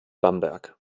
bamberg